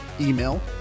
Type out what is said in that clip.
email